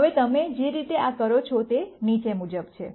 હવે તમે જે રીતે આ કરો છો તે નીચે મુજબ છે